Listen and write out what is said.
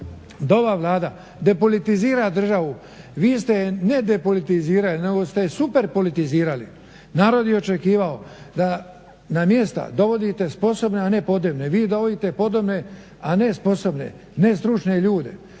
ova Vlada depolitizira državu, vi ste je ne depolitizirali nego ste je super politizirali. Narod je očekivao da na mjesta dovodite sposobne, ne podobne. Vi dovodite podobne a ne sposobne ne stručne ljude.